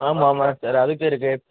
ஆமாம் ஆமாம் சார் அதுக்கும் இருக்குது